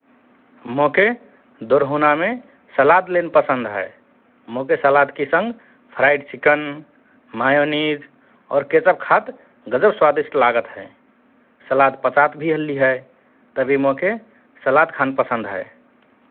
मोके दोरहुनामे सलाद लेन पसन्द हए । मोके सलादकि संग फ्रइड चिकेन, मायोनिज, और केचप खात गजब स्वादिष्ट लागत हए । सलाद पचात भि हल्लि हए । तभि मोके सलाद खान पसन्द हए ।